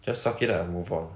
just suck it up and move on